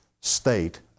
state